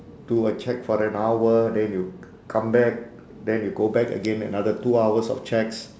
to check for an hour then you c~ come back then you go back again another two hours of checks